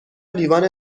لیوان